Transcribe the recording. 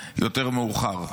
יותר מאוחר,